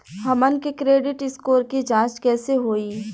हमन के credit score के जांच कैसे होइ?